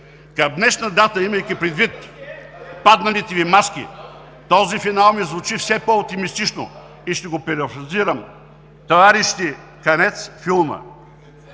Към днешна дата, имайки предвид падналите Ви маски, този финал ми звучи все по-оптимистично и ще го перифразирам – „товарищи, конец фильма“,